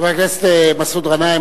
חבר הכנסת מסעוד גנאים,